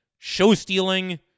show-stealing